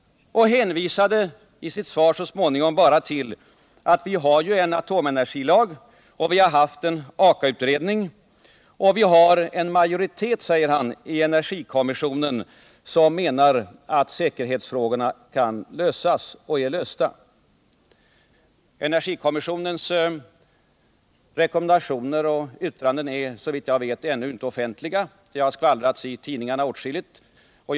Han hänvisade i sitt anförande så småningom bara till att vi har en atomenergilag och att vi har haft en Akautredning. Och vi har en majoritet, säger Ingvar Carlsson, i energikommissionen som menar att säkerhetsfrågorna kan lösas och är lösta. Energikommissionens rekommendationer och yttranden är såvitt jag vet ännu inte offentliga, men det har skvallrats åtskilligt i tidningarna.